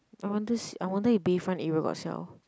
I want this I wonder if Bayfront area got sell